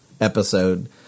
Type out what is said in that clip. episode